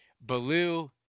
Baloo